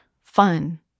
fun